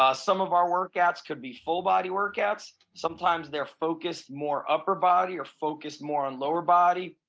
ah some of our workouts could be full-body workouts, sometimes they're focused more upper-body or focused more on lower-body,